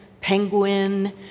penguin